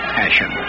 passion